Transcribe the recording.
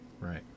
right